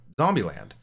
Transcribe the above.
Zombieland